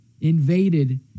invaded